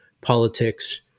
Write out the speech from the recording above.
politics